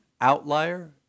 outlier